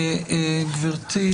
גברתי,